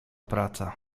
praca